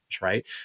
right